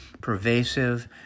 pervasive